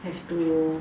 have to